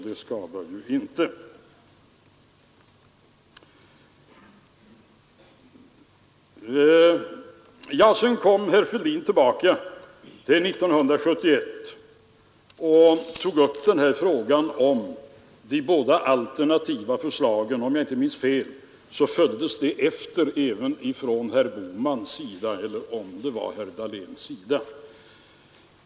Herr Fälldin återkom till frågan om de båda alternativa förslagen från 1971; om jag inte minns fel följdes det upp även av herr Bohman eller möjligen herr Dahlén.